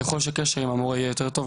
ככל שקשר עם המורים יהיה יותר טוב,